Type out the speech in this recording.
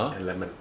and lemon